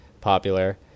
popular